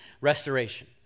Restoration